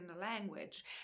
language